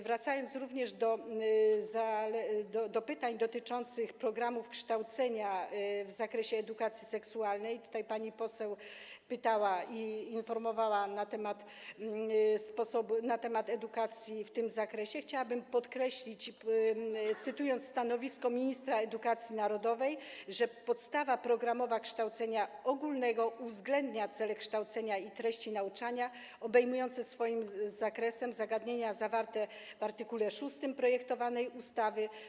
Wracając do pytań dotyczących programów kształcenia w zakresie edukacji seksualnej - pani poseł pytała, informowała o edukacji w tym zakresie - chciałabym podkreślić, cytując stanowisko ministra edukacji narodowej, że podstawa programowa kształcenia ogólnego uwzględnia cele kształcenia i treści nauczania obejmujące swoim zakresem zagadnienia zawarte w art. 6 projektowanej ustawy.